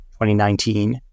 2019